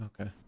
okay